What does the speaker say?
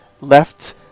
left